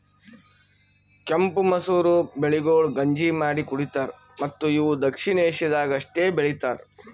ಕೆಂಪು ಮಸೂರ ಬೆಳೆಗೊಳ್ ಗಂಜಿ ಮಾಡಿ ಕುಡಿತಾರ್ ಮತ್ತ ಇವು ದಕ್ಷಿಣ ಏಷ್ಯಾದಾಗ್ ಅಷ್ಟೆ ಬೆಳಿತಾರ್